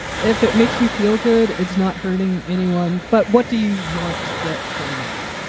if it makes you feel good, it's not hurting anyone but what do you want to get from that?